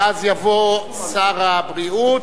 ואז יבוא שר הבריאות,